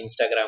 Instagram